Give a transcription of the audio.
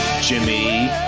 Jimmy